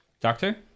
Doctor